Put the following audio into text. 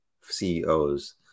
ceos